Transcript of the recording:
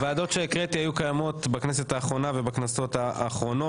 הוועדות שהקראתי היו קיימות בכנסת האחרונה ובכנסות האחרונות.